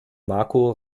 marco